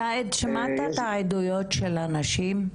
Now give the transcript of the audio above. סאיד, שמעת את העדויות של הנשים?